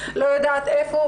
לא יודעת איפה,